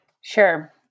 Sure